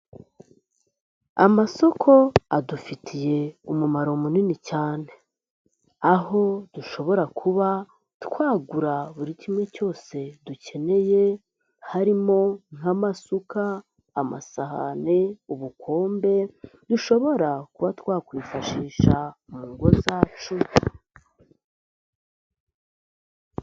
Amasoko adufitiye umumaro munini cyane, aho dushobora kuba twagura buri kimwe cyose dukeneye harimo nk'amasuka, amasahani, ubukombe dushobora kuba twakwifashisha mu ngo zacu.